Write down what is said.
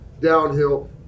downhill